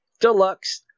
Deluxe